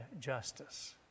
justice